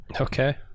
okay